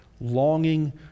longing